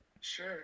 Sure